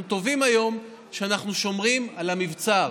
אנחנו טובים היום כשאנחנו שומרים על המבצר,